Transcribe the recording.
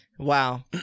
Wow